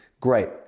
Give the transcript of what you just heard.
great